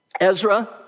Ezra